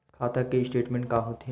खाता के स्टेटमेंट का होथे?